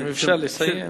אם אפשר לסיים.